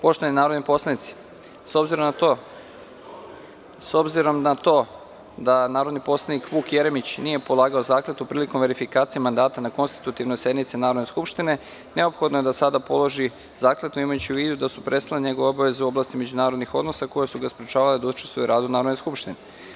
Poštovani narodni poslanici, s obzirom na to da narodni poslanik Vuk Jeremić nije polagao zakletvu prilikom verifikacije mandata na konstitutivnoj sednici Narodne skupštine, neophodno je da sada položi zakletvu, imajući u vidu da su prestale njegove obaveze u oblasti međunarodnih odnosa, koje su ga sprečavale da učestvuje u radu Narodne skupštine.